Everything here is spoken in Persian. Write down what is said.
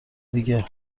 دیگه